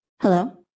Hello